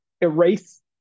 erase